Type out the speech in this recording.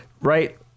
right